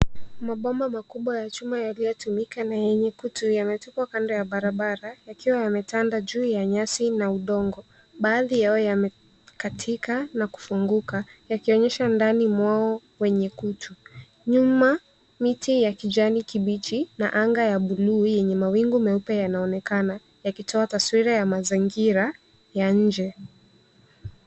Mabomba makubwa ya chuma yaliyotumika na yenye kutu yametupwa kando ya barabara yakiwa yametandaa juu ya nyasi na udongo. Baadhi yao yamekatika na kufunguka, yakionyesha ndani mwao wenye kutu. Nyuma, miti ya kijani kibichi na anga ya buluu yenye mawingu mweupe yanaoekana yakitoa taswira ya mazingira ya nje.